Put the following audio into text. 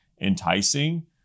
enticing